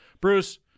Bruce